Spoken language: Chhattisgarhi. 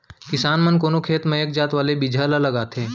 किसान मन कोनो खेत म एक जात वाले बिजहा ल लगाथें